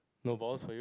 no balls for you